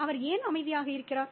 அவர் ஏன் அமைதியாக இருக்கிறார்